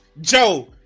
Joe